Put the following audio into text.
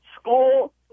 school